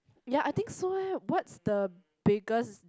ya I think so eh what's the biggest